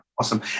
Awesome